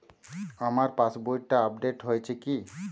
আমার পাশবইটা আপডেট হয়েছে কি?